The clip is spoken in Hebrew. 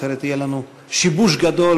אחרת יהיה לנו שיבוש גדול